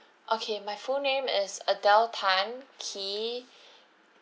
okay my full name as adele tan kee